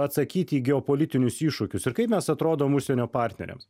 atsakyti į geopolitinius iššūkius ir kaip mes atrodom užsienio partneriams